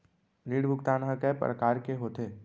ऋण भुगतान ह कय प्रकार के होथे?